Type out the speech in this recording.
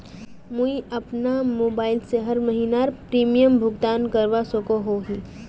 मुई अपना मोबाईल से हर महीनार प्रीमियम भुगतान करवा सकोहो ही?